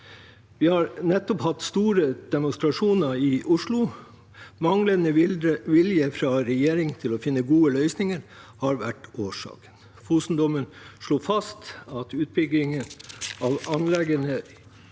Vi har nettopp hatt store demonstrasjoner i Oslo. Manglende vilje fra regjeringen til å finne gode løsninger har vært årsaken. Fosen-dommen slo fast at utbyggin